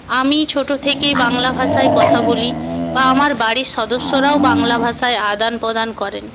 আমি ছোটো থেকেই বাংলা ভাষায় কথা বলি বা আমার বাড়ির সদস্যরাও বাংলা ভাষায় আদান প্রদান করেন